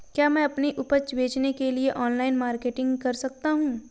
क्या मैं अपनी उपज बेचने के लिए ऑनलाइन मार्केटिंग कर सकता हूँ?